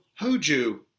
Hoju